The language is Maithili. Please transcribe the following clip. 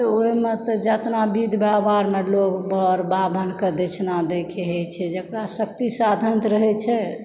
ओहिमे तऽ जेतना विध व्यवहारमे लोग बर वाभनके दक्षिणा दै छै जेकरा शक्ति साधन रहै छै